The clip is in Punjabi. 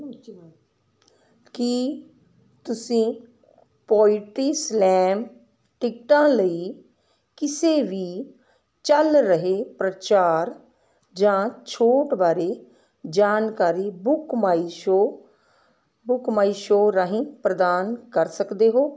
ਕੀ ਤੁਸੀਂ ਪੋਇਟਰੀ ਸਲੈਮ ਟਿਕਟਾਂ ਲਈ ਕਿਸੇ ਵੀ ਚੱਲ ਰਹੇ ਪ੍ਰਚਾਰ ਜਾਂ ਛੋਟ ਬਾਰੇ ਜਾਣਕਾਰੀ ਬੁੱਕਮਾਈਸ਼ੋ ਬੁੱਕਮਾਈਸ਼ੋ ਰਾਹੀਂ ਪ੍ਰਦਾਨ ਕਰ ਸਕਦੇ ਹੋ